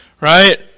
right